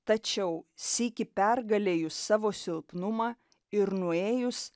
tačiau sykį pergalėjus savo silpnumą ir nuėjus